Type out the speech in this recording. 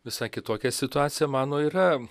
visai kitokia situacija mano yra